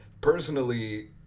Personally